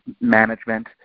management